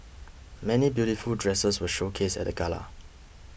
many beautiful dresses were showcased at the gala